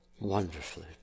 wonderfully